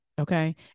okay